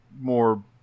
more